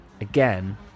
again